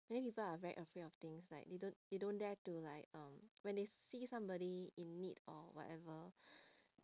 many people are very afraid of things like they don't they don't dare to like um when they see somebody in need or whatever